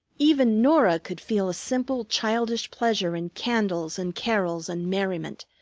even norah could feel a simple childish pleasure in candles and carols and merriment,